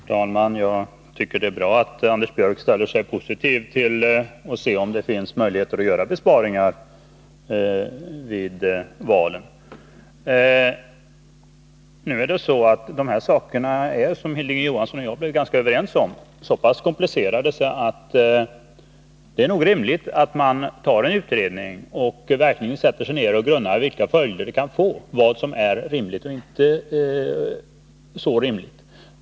Herr talman! Jag tycker att det är bra att Anders Björck ställer sig positiv till att undersöka om det finns möjligheter att göra besparingar vid valen. Nu är de här sakerna, som Hilding Johansson och jag är ganska överens om, så pass komplicerade att det nog är rimligt att man tillsätter en utredning och verkligen sätter sig ner och grunnar på vilka följderna kan bli, vad som är rimligt och inte rimligt.